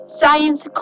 science